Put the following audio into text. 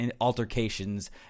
altercations